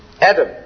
Adam